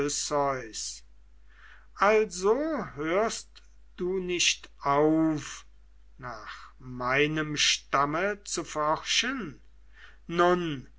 also hörst du nicht auf nach meinem stamme zu forschen nun